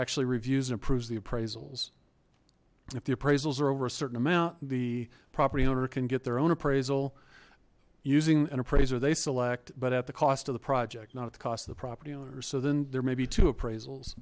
actually reviews and proves the appraisals if the appraisals are over a certain amount the property owner can get their own appraisal using an appraiser they select but at the cost of the project not at the cost of the property owner so then there may be two appraisals